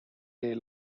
day